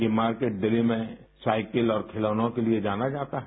ये मार्केट दिल्ली में साइकिल और खिलौनों के लिए जाना जाता है